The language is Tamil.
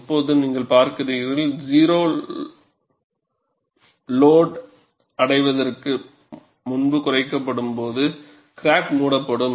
இப்போது நீங்கள் பார்க்கிறீர்கள் லோடு 0 ஐ அடைவதற்கு முன்பு குறைக்கப்படும்போது கிராக் மூடப்படும்